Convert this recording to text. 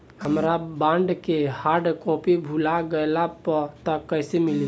हमार बॉन्ड के hard copy भुला गएलबा त कैसे मिली?